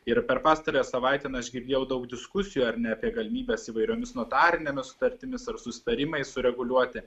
ir per pastarąją savaitę na aš girdėjau daug diskusijų ar ne apie galimybes įvairiomis notarinėmis sutartimis ir susitarimais sureguliuoti